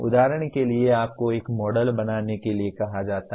उदाहरण के लिए आपको एक मॉडल बनाने के लिए कहा जाता है